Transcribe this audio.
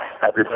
Happy